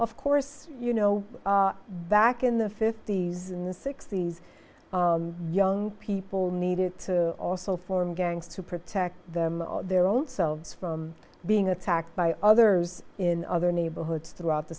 of course you know back in the fifty's in the sixty's young people needed to also form gangs to protect them their own selves from being attacked by others in other neighborhoods throughout the